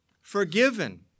forgiven